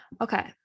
Okay